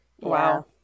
Wow